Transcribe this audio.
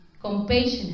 compassionate